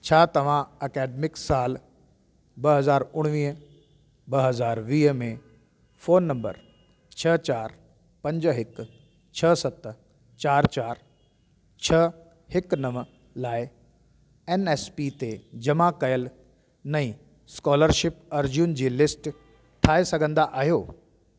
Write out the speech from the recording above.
छा तव्हां एकेडमिक साल ॿ हज़ार उणिवीह ॿ हज़ार वीह में फोन नंबर छह चारि पंज हिकु छह सत चारि चारि छह हिकु नव लाइ एन एस पी ते जमा कयल नई स्कॉलरशिप अर्ज़ियुनि जी लिस्ट ठाहे सघंदा आहियो